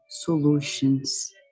solutions